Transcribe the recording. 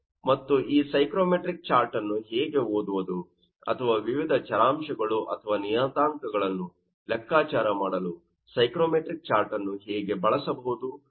ಮತ್ತು ಈ psychrometric chart ಅನ್ನು ಹೇಗೆ ಓದುವುದು ಅಥವಾ ವಿವಿಧ ಚರಾಂಶಗಳು ಅಥವಾ ನಿಯತಾಂಕಗಳನ್ನು ಲೆಕ್ಕಾಚಾರ ಮಾಡಲು ಸೈಕ್ರೋಮೆಟ್ರಿಕ್ ಚಾರ್ಟ್ ಅನ್ನು ಹೇಗೆ ಬಳಸುವುದು ಎಂಬುದರ ಉದಾಹರಣೆಯನ್ನು ನಾವು ನೋಡೋಣ